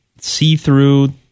See-through